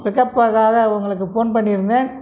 pickup பண்ணுறதுக்காக உங்களுக்கு phone பண்ணியிருந்தேன்